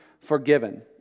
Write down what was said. forgiven